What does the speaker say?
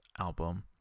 album